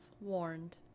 warned